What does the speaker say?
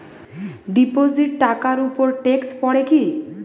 Deposit টাকার উপর tax পড়ে কি?